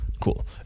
cool